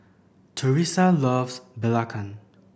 Teressa loves Belacan